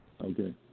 Okay